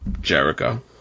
Jericho